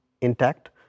intact